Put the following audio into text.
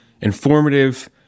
informative